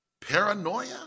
Paranoia